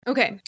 Okay